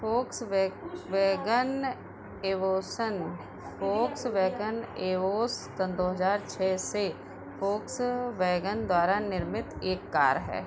Volkswagen ओसन Volkswagen Eos सन दो हज़ार छः से से फ़ोक्सवैगन द्वारा निर्मित एक कार है